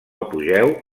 apogeu